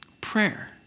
prayer